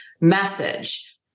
message